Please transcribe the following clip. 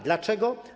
Dlaczego?